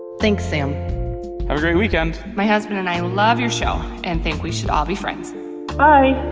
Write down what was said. thanks, sam have a great weekend my husband and i love your show and think we should all be friends bye